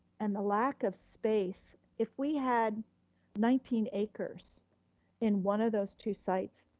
and the lack of space, if we had nineteen acres in one of those two sites,